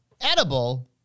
Edible